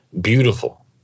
beautiful